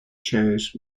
shows